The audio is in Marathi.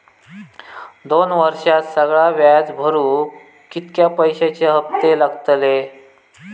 दोन वर्षात सगळा व्याज भरुक कितक्या पैश्यांचे हप्ते लागतले?